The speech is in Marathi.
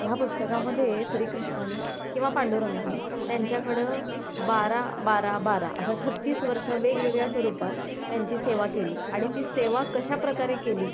ह्या पुस्तकामध्ये श्रीकृष्णाने किंवा पांडुरंगाने त्यांच्याकडं बारा बारा बारा असा छत्तीस वर्षं वेगवेगळ्या स्वरूपात त्यांची सेवा केली आणि ती सेवा कशा प्रकारे केली